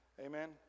Amen